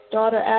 Daughter